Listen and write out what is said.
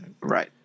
right